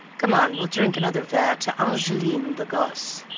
come on, we'll drink another verre to angeline the gosse.